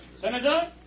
Senator